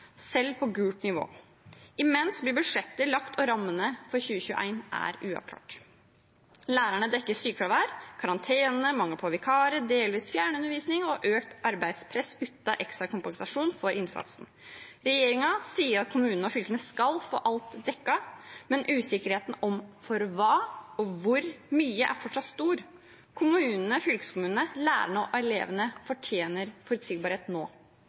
selv på gult nivå. Imens blir budsjetter lagt, og rammene for 2021 er uavklart. Lærerne dekker opp for sykefravær, karantene, mangel på vikarer, delvis fjernundervisning og økt arbeidspress, uten ekstra kompensasjon for innsatsen. Regjeringen sier at kommunene og fylkene skal få alt dekket, men usikkerheten om for hva og hvor mye er fortsatt stor. Kommunene, fylkeskommunene, lærerne og elevene fortjener forutsigbarhet nå.